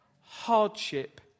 Hardship